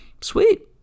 Sweet